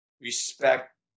respect